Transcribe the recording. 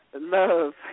love